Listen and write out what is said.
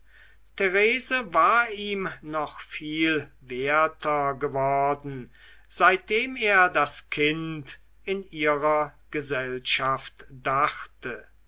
therese war ihm noch viel werter geworden seitdem er das kind in ihrer gesellschaft dachte